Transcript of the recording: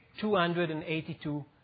282